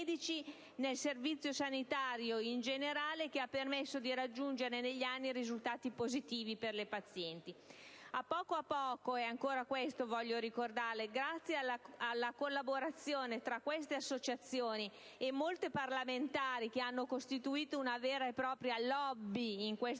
nel Servizio sanitario in generale; ciò ha permesso di raggiungere, negli anni, risultati positivi per le pazienti. A poco a poco, grazie alla collaborazione tra queste associazioni e molte parlamentari, che hanno costituito una vera e propria *lobby* in questo senso,